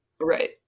Right